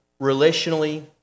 relationally